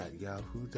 Yahoo